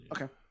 Okay